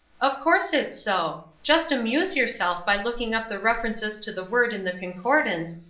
of course it's so. just amuse yourself by looking up the references to the word in the concordance,